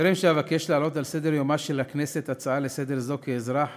בטרם אבקש להעלות על סדר-יומה של הכנסת הצעה לסדר-היום זו כאזרח